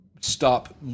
stop